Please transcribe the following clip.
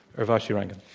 urvashi rangan.